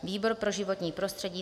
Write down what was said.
Výbor pro životní prostředí: